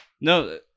No